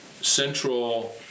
Central